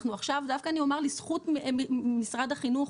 דווקא אני אומר לזכות משרד החינוך,